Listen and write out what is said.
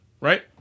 right